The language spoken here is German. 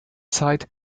zeit